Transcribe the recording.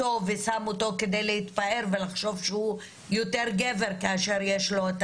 ושם אותו כדי להתפאר ולחשוב שהוא יותר גבר כאשר יש לו את